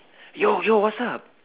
yo yo what's up